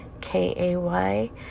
K-A-Y